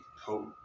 Hope